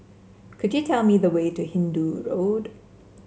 could you tell me the way to Hindoo Road